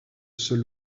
seul